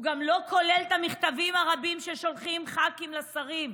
הוא גם לא כולל את המכתבים הרבים ששולחים ח"כים לשרים,